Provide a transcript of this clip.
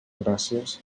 gràcies